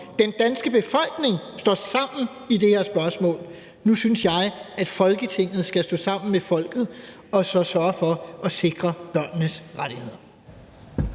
Den danske befolkning står sammen i det her spørgsmål. Nu synes jeg, at Folketinget skal stå sammen med folket og så sørge for at sikre børnenes rettigheder.